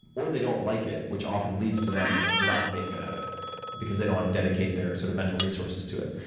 or they don't like it, which often leads to them not being good at it because, they don't want to dedicate their sort of mental resources to it.